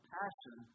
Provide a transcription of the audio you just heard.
passion